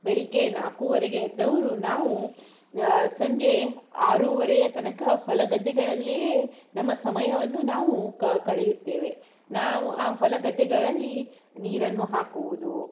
ಬೆಳಗ್ಗೆ ನಾಲ್ಕುವರೆಗೆ ಎದ್ದವರು ನಾವು ಸಂಜೆ ಆರೂವರೆಯ ತನಕ ಹೊಲ ಗದ್ದೆಗಳಲ್ಲೇ ನಮ್ಮ ಸಮಯವನ್ನು ನಾವು ಕಳೆಯುತ್ತೇವೆ ನಾವು ಆ ಹೊಲ ಗದ್ದೆಗಳಲ್ಲಿ ನೀರನ್ನು ಹಾಕುವುದು